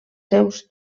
seus